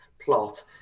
plot